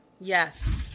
Yes